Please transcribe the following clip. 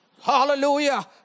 Hallelujah